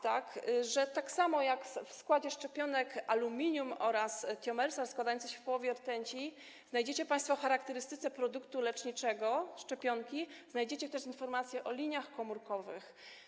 Tak samo jak w składzie szczepionek aluminium oraz tiomersal, składający się w połowie z rtęci, znajdziecie państwo w charakterystyce produktu leczniczego szczepionki, znajdziecie też informację o liniach komórkowych.